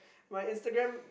my Instagram